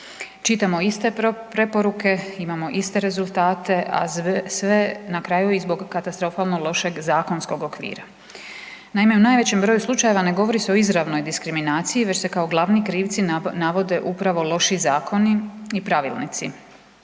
Čitamo iste preporuke, imamo iste rezultate, a sve na kraju i zbog katastrofalno lošeg zakonskog okvira. Naime, u najvećem broju slučajeva ne govori se o izravnoj diskriminaciji već se kao glavni krivci navode upravo loši zakoni i pravilnici.